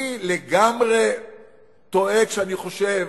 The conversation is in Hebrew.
אני לגמרי טועה כשאני חושב